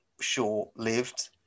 short-lived